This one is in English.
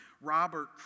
Robert